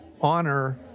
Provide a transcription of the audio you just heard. honor